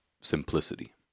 simplicity